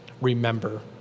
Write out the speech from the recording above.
Remember